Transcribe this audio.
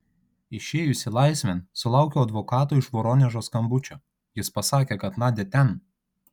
išėjusi laisvėn sulaukiau advokato iš voronežo skambučio jis pasakė kad nadia ten